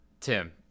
Tim